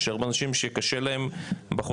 שיש הרבה אנשים שקשה להם בחודשים